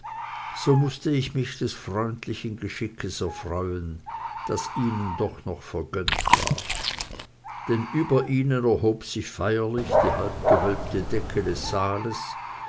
so mußte ich mich des freundlichen geschickes erfreuen das ihnen doch noch vergönnt war denn über ihnen erhob sich feierlich die halb gewölbte decke des saales